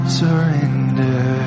surrender